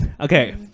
okay